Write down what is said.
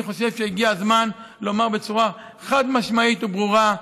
אני חושב שהגיע הזמן לומר בצורה חד-משמעית וברורה: